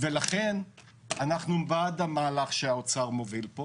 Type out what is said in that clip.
ולכן אנחנו בעד המהלך שהאוצר מוביל פה